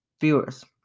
viewers